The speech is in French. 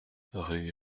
rue